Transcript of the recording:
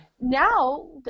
Now